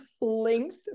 length